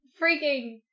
freaking